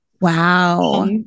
Wow